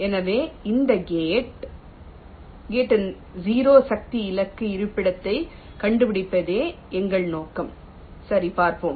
எனவே இந்த கேட் ன் 0 சக்தி இலக்கு இருப்பிடத்தை கண்டுபிடிப்பதே எங்கள் நோக்கம் சரி பார்ப்போம்